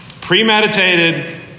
premeditated